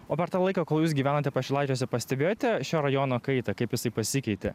o per tą laiką kol jūs gyvenate pašilaičiuose pastebėjote šio rajono kaitą kaip jisai pasikeitė